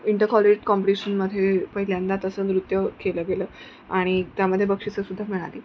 inter college कॉम्पिटिशनमध्ये पहिल्यांदा तसं नृत्य केलं गेलं आणि त्यामध्ये बक्षिसंसुद्धा मिळाली